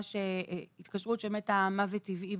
מה שהתקשרות ש"מתה מוות טבעי",